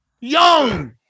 Young